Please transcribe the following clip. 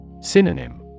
Synonym